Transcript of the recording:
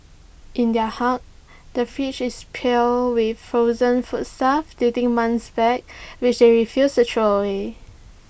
in their hut the fridge is piled with frozen foodstuff dating months back which they refuse to throw away